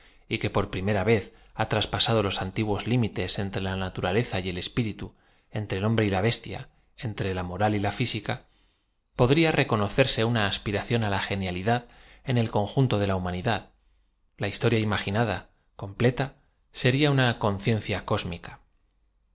y que por pri mera v e z ha traspasado los antiguos limites entre la naturaleza y e l espíritu entre el hombre y la bestia entre la moral y la física podria reconocerse una as piraclón á la genialidad en el conjunto de la humanl dad l a historia imaginada com pleta seria una con ciencia cósmica